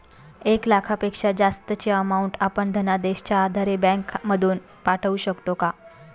एक लाखापेक्षा जास्तची अमाउंट आपण धनादेशच्या आधारे बँक मधून पाठवू शकतो का?